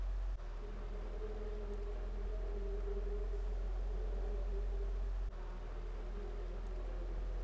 भारत में ना बल्कि पूरा दुनिया में लोग सहकारी बैंक में आपन पूंजी जामा करेलन